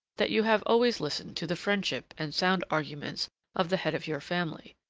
that you have always listened to the friendship and sound arguments of the head of your family.